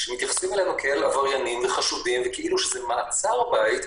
כשמתייחסים אלינו כאל עבריינים וחשודים וכאילו שזה מעצר בית,